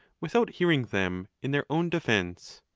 without hearing them in their own defence.